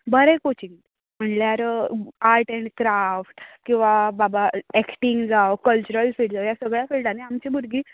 बरें कोचिंग णल्यार art and craft किंवा बाबा एक्टिंग जावं कल्चरल सिज ह्या सगळ्यां कडल्यान आमची भुरगीं